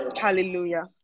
Hallelujah